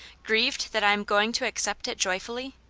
grieved that i am going to accept it joyfully?